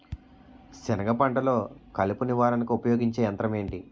సెనగ పంటలో కలుపు నివారణకు ఉపయోగించే యంత్రం ఏంటి?